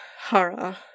Hara